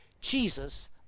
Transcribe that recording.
Jesus